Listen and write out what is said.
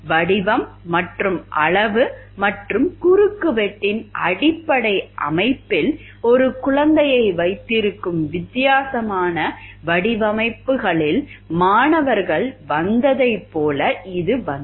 வடிவம் மற்றும் அளவு மற்றும் குறுக்குவெட்டின் அடிப்படை அமைப்பில் ஒரு குழந்தையை வைத்திருக்கும் வித்தியாசமான வடிவமைப்புகளில் மாணவர்கள் வந்ததைப் போல இது வந்தது